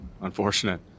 unfortunate